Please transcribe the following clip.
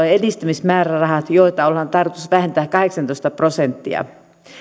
edistämismäärärahat joita on tarkoitus vähentää kahdeksantoista prosenttia